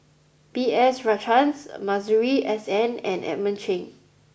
B S Rajhans Masuri S N and Edmund Cheng